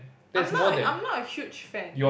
I'm not a I'm not a huge fan